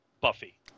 Buffy